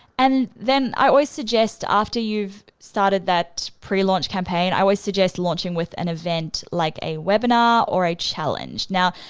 and then i always suggest after you've started that pre-launch campaign, i always suggest launching with an event like a webinar or a challenge. now,